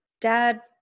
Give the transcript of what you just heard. dad